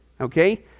okay